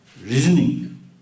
reasoning